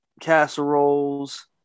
casseroles